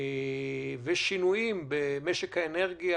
ושינויים במשק האנרגיה,